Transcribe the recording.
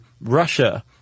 Russia